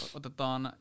otetaan